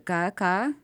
ką ką